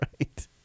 right